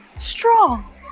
strong